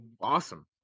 awesome